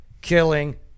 Killing